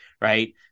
right